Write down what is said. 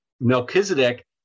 Melchizedek